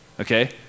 okay